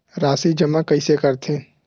राशि जमा कइसे करथे?